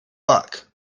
luck